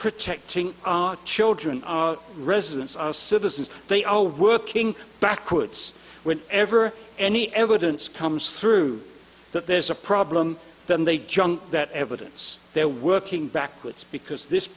protecting our children our residents our citizens they are working backwards when ever any evidence comes through that there's a problem then they junk that evidence they're working backwards because this